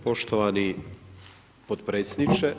Poštovani potpredsjedniče.